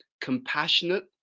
compassionate